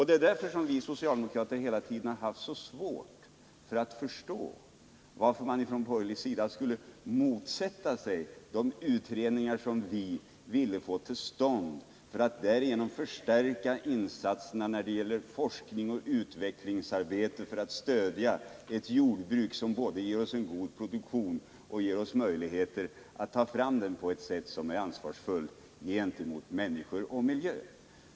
Det är därför som vi socialdemokrater hela tiden har haft så svårt att förstå varför man på den borgerliga sidan motsatte sig de utredningar som vi ville få till stånd för att därigenom kunna förstärka insatserna till förmån för forskningsoch utvecklingsarbete för att stödja ett jordbruk som ger oss både god produktion och möjligheter att ta fram den på ett sätt som är ansvarsfullt gentemot människor och miljö.